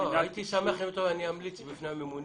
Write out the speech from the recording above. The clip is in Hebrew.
הייתי שמח אם היית אומר: אני אמליץ בפני הממונים.